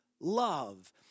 love